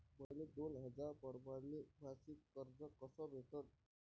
मले दोन हजार परमाने मासिक कर्ज कस भेटन?